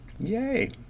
Yay